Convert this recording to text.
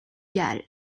galle